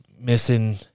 missing